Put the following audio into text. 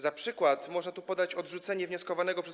Za przykład można tu podać odrzucenie wnioskowanego przez